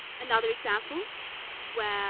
another example where